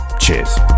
cheers